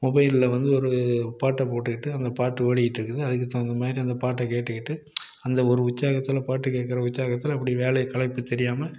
மொபைலில் ஒரு பாட்டை போட்டுகிட்டு அந்த பாட்டு ஓடிகிட்ருக்குது அதுக்கு தகுந்த மாதிரி அந்த பாட்டை கேட்டுகிட்டு அந்த ஒரு உற்சாகத்தில் பாட்டு கேட்குற உற்சாகத்தில் அப்படியே வேலையை களைப்பு தெரியாமல்